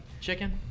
chicken